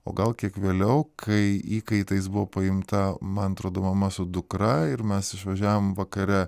o gal kiek vėliau kai įkaitais buvo paimta man atrodo mama su dukra ir mes išvažiavom vakare